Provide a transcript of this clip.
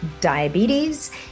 diabetes